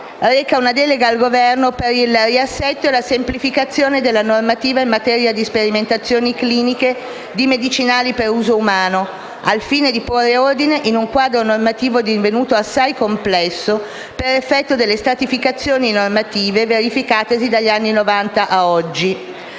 reca una delega al Governo per il riassetto e la semplificazione della normativa in materia di sperimentazioni cliniche di medicinali per uso umano, al fine di porre ordine in un quadro normativo divenuto assai complesso per effetto delle stratificazioni normative verificatesi dagli anni Novanta ad oggi.